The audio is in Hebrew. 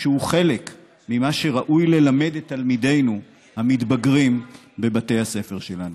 שהוא חלק ממה שראוי ללמד את תלמידינו המתבגרים בבתי הספר שלנו.